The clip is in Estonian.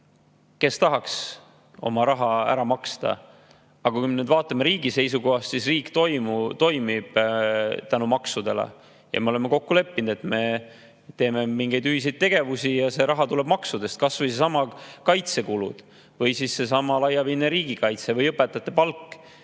Kes tahaks oma raha ära maksta? Aga kui me vaatame riigi seisukohast, siis riik toimib tänu maksudele ja me oleme kokku leppinud, et me teeme mingeid ühiseid tegevusi, ja see raha tuleb maksudest. Kas või needsamad kaitsekulud või siis seesama laiapindne riigikaitse või õpetajate palk